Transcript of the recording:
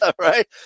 right